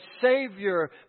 Savior